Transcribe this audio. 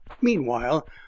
Meanwhile